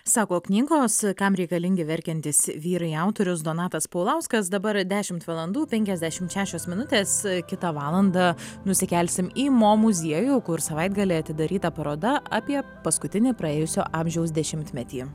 sako knygos kam reikalingi verkiantys vyrai autorius donatas paulauskas dabar dešimt valandų penkiasdešimt šešios minutės kitą valandą nusikelsim į mo muziejų kur savaitgalį atidaryta paroda apie paskutinį praėjusio amžiaus dešimtmetį